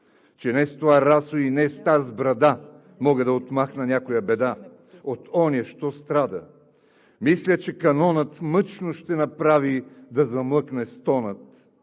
че не с това расо и не с таз брада мога да отмахна някоя беда от оня, що страда; мисля, че канонът мъчно ще направи да замлъкне стонът;